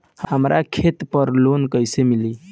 हमरा खेत पर लोन कैसे मिली?